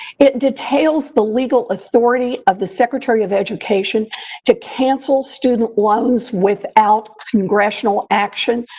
it details the legal authority of the secretary of education to cancel student loans without congressional action.